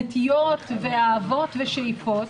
נטיות ואהבות ושאיפות,